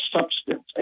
substance